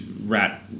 rat